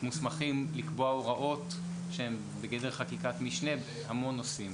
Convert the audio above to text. מוסמכים לקבוע הוראות שהן בגדר חקיקת משנה בהמון נושאים.